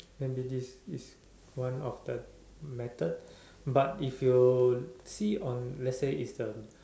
and be this this one of the method but if you see on let's say it's the